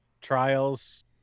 trials